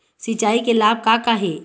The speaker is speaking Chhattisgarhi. सिचाई के लाभ का का हे?